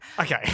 okay